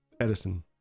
Edison